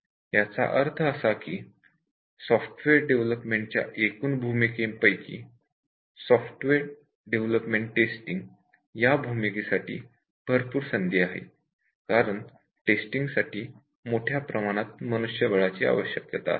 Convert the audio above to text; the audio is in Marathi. याचा अर्थ असा की सॉफ्टवेअर डेव्हलपमेंट च्या एकूण भूमिकेपैकी "सॉफ्टवेअर डेव्हलपमेंट टेस्टिंग" या भूमिकेसाठी भरपूर संधी आहेत कारण टेस्टिंगसाठी मोठ्या प्रमाणात मनुष्यबळाची आवश्यकता असते